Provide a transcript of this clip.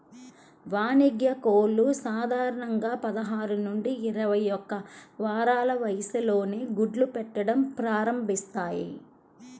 వాణిజ్య కోళ్లు సాధారణంగా పదహారు నుంచి ఇరవై ఒక్క వారాల వయస్సులో గుడ్లు పెట్టడం ప్రారంభిస్తాయి